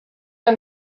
and